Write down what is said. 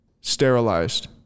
sterilized